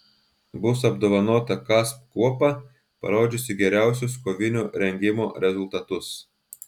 bus apdovanota kasp kuopa parodžiusi geriausius kovinio rengimo rezultatus